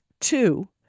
two